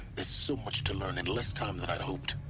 there's so much to learn, and less time than i'd hoped